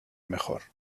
mejor